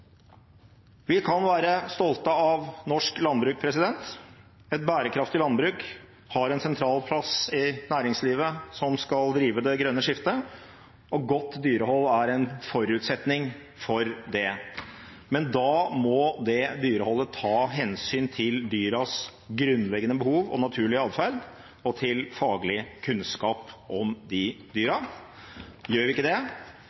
Vi kan være stolte av norsk landbruk. Et bærekraftig landbruk har en sentral plass i næringslivet som skal drive det grønne skiftet, og godt dyrehold er en forutsetning for det. Men da må det dyreholdet ta hensyn til dyrenes grunnleggende behov og naturlige adferd og til faglig kunnskap om de dyrene. Gjør vi ikke det,